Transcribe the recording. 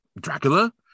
Dracula